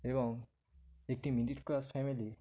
এবং একটি middle class family